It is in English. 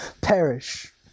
perish